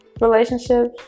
relationships